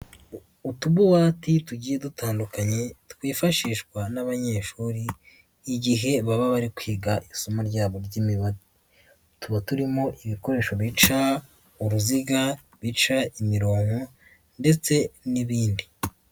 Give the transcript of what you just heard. Utububati tugiye dutandukanye twifashishwa n'abanyeshuri igihe baba bari kwiga isomo ryabo ry'imibare, tuba turimo ibikoresho bica uruziga, bica imirongo ndetse n'ibindi.